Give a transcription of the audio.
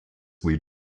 lead